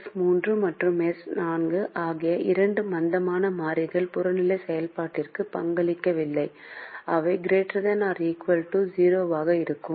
X 3 மற்றும் X4 ஆகிய இரண்டு மந்தமான மாறிகள் புறநிலை செயல்பாட்டிற்கு பங்களிக்கவில்லை அவை ≥ ௦ ஆக இருக்கும்